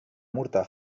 murta